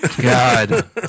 God